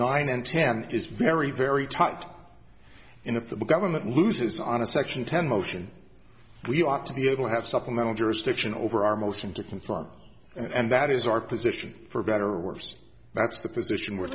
nine and ten is very very tight and if the government loses on a section ten motion we ought to be able to have supplemental jurisdiction over our motion to confront and that is our position for better or worse that's the position we're